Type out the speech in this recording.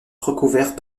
recouvert